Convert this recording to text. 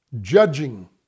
judging